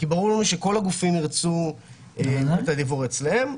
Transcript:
כי ברור לי שכל הגופים ירצו לשמור את הדיוור אצלם.